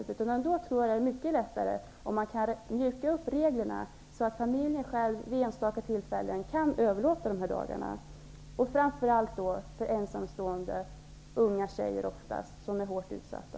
Jag tror att det skulle vara mycket lättare om reglerna kunde mjukas upp så att familjen själv, vid enstaka tillfällen, kunde överlåta rätten till dessa dagar, framför allt med tanke på ensamstående föräldrar, oftast unga tjejer, som är hårt utsatta.